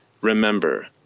Remember